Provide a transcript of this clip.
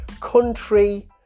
country